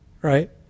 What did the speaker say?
right